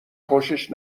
خوشش